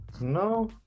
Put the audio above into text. no